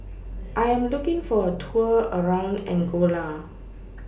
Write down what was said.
I Am looking For A Tour around Angola